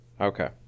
Okay